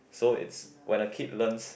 so it's when a kid learns